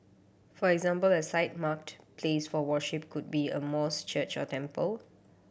for example a site marked place for worship could be a mosque church or temple